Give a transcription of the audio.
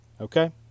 okay